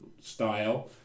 style